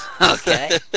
Okay